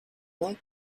like